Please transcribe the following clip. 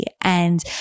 and-